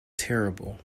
terrible